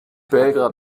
belgrad